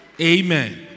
amen